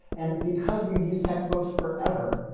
and because we've used textbooks forever,